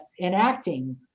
enacting